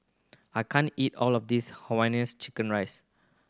I can't eat all of this Hainanese chicken rice